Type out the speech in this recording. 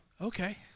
okay